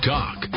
Talk